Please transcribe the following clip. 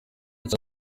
cya